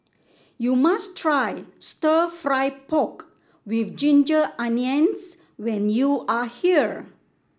you must try stir fry pork with Ginger Onions when you are here